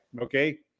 okay